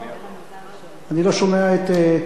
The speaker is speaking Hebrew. אני לא שומע את קריאות הביניים שלי אפילו.